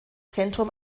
zentrum